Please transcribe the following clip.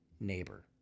neighbor